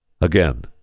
again